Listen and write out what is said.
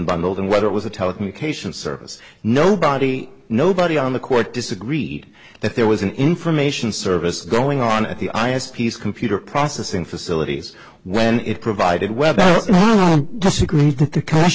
unbundled and whether it was a telecommunications service nobody nobody on the court disagreed that there was an information service going on at the i s p's computer processing facilities when it provided web disagreed that the